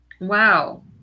wow